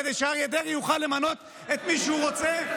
כדי שאריה דרעי יוכל למנות את מי שהוא רוצה?